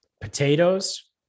potatoes